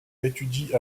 étudie